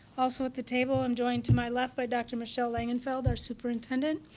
also at the table i'm joined to my left by dr. michelle langenfeld, our superintendent,